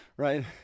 Right